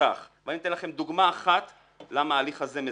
ואני אתן לכם דוגמה אחת למה ההליך הזה מזוהם.